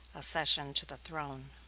accession to the throne.